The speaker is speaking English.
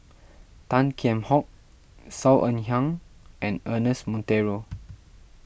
Tan Kheam Hock Saw Ean Ang and Ernest Monteiro